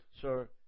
sir